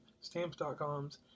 Stamps.com's